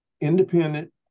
independent